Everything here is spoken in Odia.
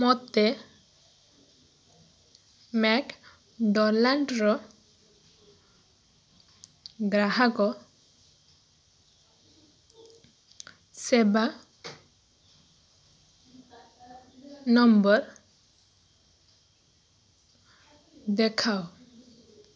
ମୋତେ ମ୍ୟାକଡ଼ୋନାଲ୍ଡର ଗ୍ରାହକ ସେବା ନମ୍ବର୍ ଦେଖାଅ